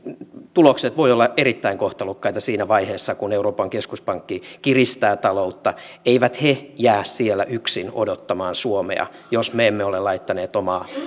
tulokset voivat olla erittäin kohtalokkaita siinä vaiheessa kun euroopan keskuspankki kiristää taloutta eivät he jää siellä yksin odottamaan suomea jos me emme ole laittaneet omaa